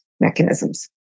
mechanisms